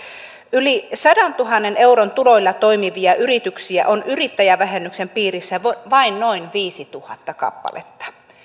yli sadantuhannen euron tuloilla toimivia yrityksiä on yrittäjävähennyksen piirissä vain noin viisituhatta kappaleetta